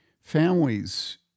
families